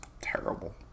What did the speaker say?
terrible